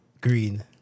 green